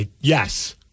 Yes